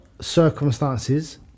circumstances